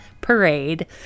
Parade